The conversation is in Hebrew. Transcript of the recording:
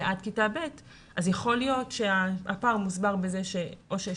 הם עד כיתה ב' אז יכול להיות שהפער מוסבר בזה או שיש